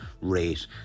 rate